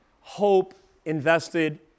hope-invested